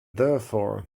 therefore